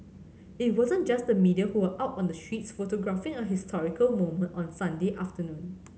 it wasn't just the media who were out on the streets photographing a historical moment on Sunday afternoon